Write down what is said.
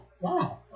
wow